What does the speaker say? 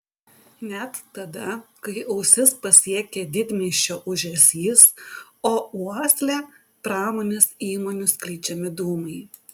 net tada kai ausis pasiekia didmiesčio ūžesys o uoslę pramonės įmonių skleidžiami dūmai